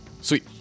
sweet